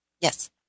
Yes